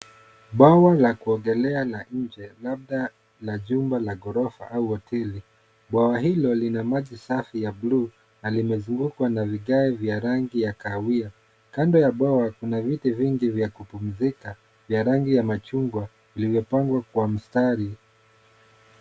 Bwawa la kuogelea la nje labda la jumba la ghorofa au hoteli. Bwawa hilo lina maji safi ya buluu na limezungukwa na vigae vya rangi ya kahawia. Kando ya bwawa kuna viti vingi vya kumpumzika vya arangi ya machungwa vimepangwa kwa mstari.